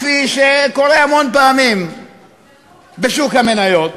כפי שקורה המון פעמים בשוק המניות,